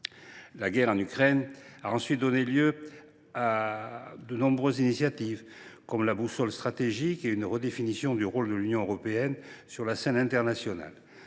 La guerre en Ukraine a ensuite donné lieu à de nombreuses initiatives, comme la boussole stratégique et une redéfinition du rôle de l’Union européenne sur la scène internationale.